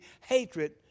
hatred